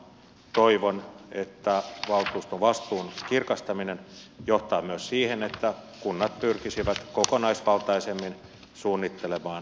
toivon että valtuustovastuun kirkastaminen johtaa myös siihen että kunnat pyrkisivät kokonaisvaltaisemmin suunnittelemaan palveluidensa järjestämistä